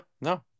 no